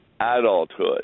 adulthood